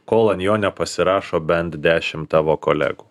kol ant jo nepasirašo bent dešimt tavo kolegų